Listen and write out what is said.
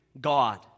God